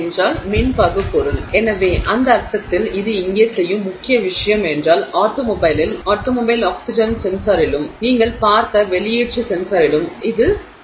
எனவே அந்த அர்த்தத்தில் அது இங்கே செய்யும் முக்கிய விஷயம் என்றால் ஆட்டோமொபைலில் ஆட்டோமொபைல் ஆக்ஸிஜன் சென்சாரிலும் நீங்கள் பார்த்த வெளியேற்ற சென்சாரிலும் இது செய்கிறது